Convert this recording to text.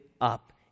up